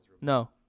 no